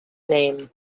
name